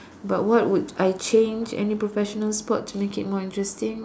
but what would I change any professional sport to make it more interesting